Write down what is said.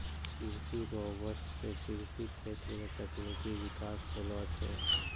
कृषि रोबोट सें कृषि क्षेत्र मे तकनीकी बिकास होलो छै